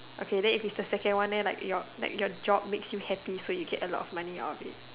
okay then if it's the second one leh like your like your job makes you happy so you get a lot of money out of it